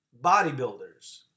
bodybuilders